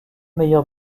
meilleur